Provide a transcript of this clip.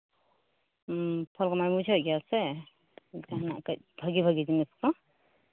ᱯᱷᱚᱞ ᱠᱚᱢᱟ ᱵᱮᱱ ᱵᱩᱡᱷᱟᱹᱣᱮᱫ ᱜᱮᱭᱟ ᱥᱮ ᱪᱮᱫᱞᱮᱠᱟ ᱦᱮᱱᱟᱜ ᱠᱟᱹᱡ ᱵᱷᱟᱹᱜᱤ ᱵᱷᱟᱹᱜᱤ ᱡᱤᱱᱤᱥ ᱠᱚ